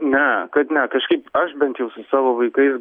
ne kad ne kažkaip aš bent jau su savo vaikais